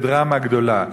ודרמה גדולה.